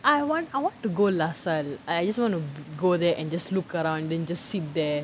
I wan~ I want to go LASELLE I just want to go there and just look around and then just sit there